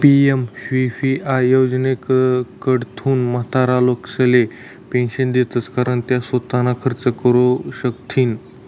PMVVY योजनाकडथून म्हातारा लोकेसले पेंशन देतंस कारण त्या सोताना खर्च करू शकथीन